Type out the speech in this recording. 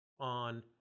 on